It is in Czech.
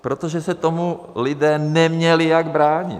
Protože se tomu lidé neměli jak bránit.